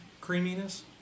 creaminess